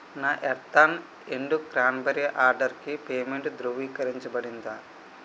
నా ఎర్తాన్ ఎండు క్రాన్బెరి ఆర్డర్కి పేమెంటు ధృవీకరించబడిందా